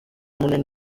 munini